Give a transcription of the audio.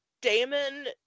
Damon